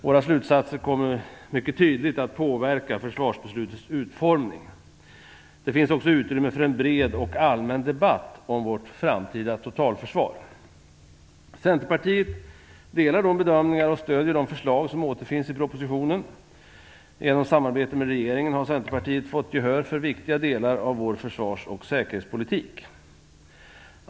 Våra slutsatser kommer mycket tydligt att påverka försvarsbeslutets utformning. Det finns också utrymme för en bred och allmän debatt om vårt framtida totalförsvar. Centerpartiet delar de bedömningar och stöder de förslag som återfinns i propositionen. Genom samarbetet med regeringen har Centerpartiet fått gehör för viktiga delar av vår försvars och säkerhetspolitik.